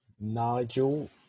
Nigel